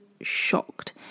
shocked